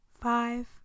five